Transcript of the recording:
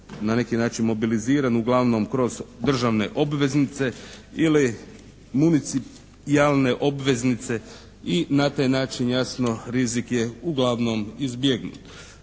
Na neki način mobiliziran uglavnom kroz državne obveznice ili municijalne obveznice i na taj način jasno rizik je uglavnom izbjegnut.